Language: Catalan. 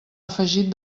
afegit